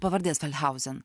pavardės feldhauzen